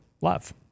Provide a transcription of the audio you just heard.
love